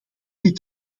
dit